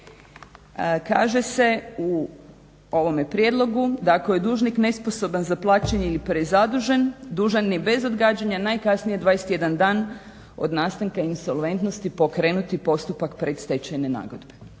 Kaže se u ovome prijedlogu: "Da ako je dužnik nesposoban za plaćanje ili prezadužen, dužan je bez odgađanja, najkasnije 21 dan od nastanka insolventnosti pokrenuti postupak predstečajne nagodbe."